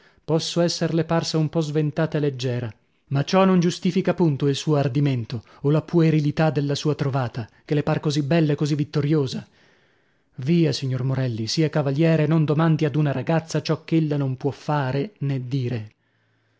posso esserle parsa un po sventata e leggera ma ciò non giustifica punto il suo ardimento o la puerilità della sua trovata che le par così bella e così vittoriosa via signor morelli sia cavaliere e non domandi ad una ragazza ciò ch'ella non può fare nè dire